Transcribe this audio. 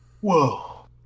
whoa